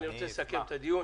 אני רוצה לסכם את הדיון.